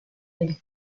del